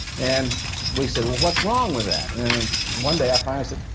and we said, well, what's wrong with that? and and and one day i finally said,